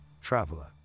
traveler